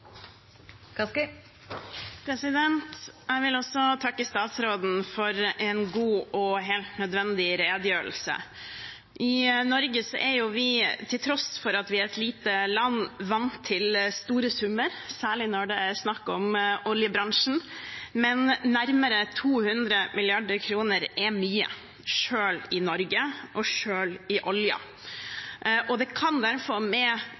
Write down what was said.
denne saka. Jeg vil også takke statsråden for en god og helt nødvendig redegjørelse. I Norge er vi jo, til tross for at vi er et lite land, vant til store summer, særlig når det er snakk om oljebransjen. Men nærmere 200 mrd. kr er mye, selv i Norge og selv innen olje, og det som vi nå går inn på her, kan derfor – med